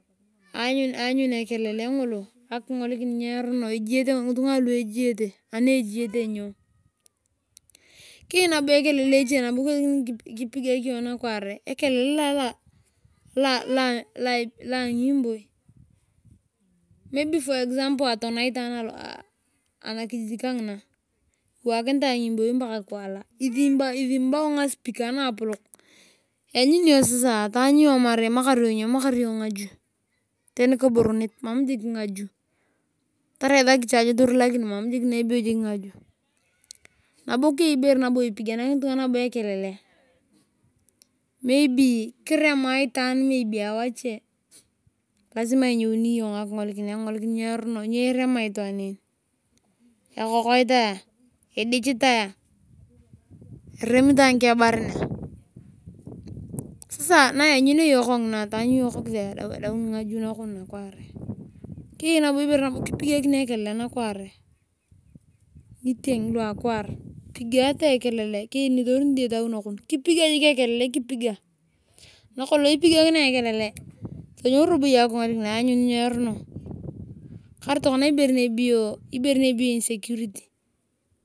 Aanyun ekelele. akingolikin nyo erono ejiyete ngitunga. ani ejiyete nyo. Keyei nabo ekelele eche nabo iwesekini kipigag nakuere ekelele. Loa anguboi. maybe for example atona itwaan anakijy kangina iwakirisate ngunboi paka kwala isumbao ngospeaker naapolok ianyuni sasa imamakari iyongaju tani kiburunit mam jik ngajui tarai isaki cha ayotoroor nabo keyei ibere nipiganakini ekelele maybe kiremaa itaan awache lasima inyeuri akingoliuiri nyo erono. nyo erema itaan en. ekokoetae idikhitae. eremitai ngekebarean. sasa na ianyunea iyong konginae tadaun ngoju nakari nakware. Koiyei ibere kipigagia ekelele nakware. ngitieng lu akwaar ipigate ekelele koyai nitorurii diyete awi nakori kipiga jik ekelele kipiga nakolong ipiyagiria ekalale tonyou robo iyong akingolikin aanyun nyo erorio. Karai tokoria ibere ndeya insecurity.